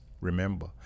remember